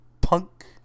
Punk